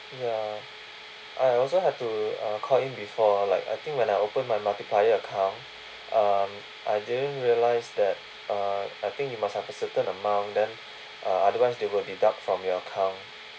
ya I also had to uh call in before like I think when I open my multiplier account um I didn't realise that uh I think you must have a certain amount then uh otherwise they will deduct from your account